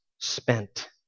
spent